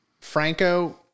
Franco